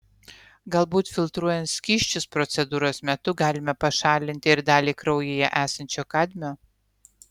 galbūt filtruojant skysčius procedūros metu galime pašalinti ir dalį kraujyje esančio kadmio